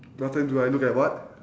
what time do I look at what